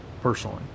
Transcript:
personally